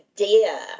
idea